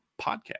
Podcast